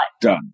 done